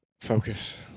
focus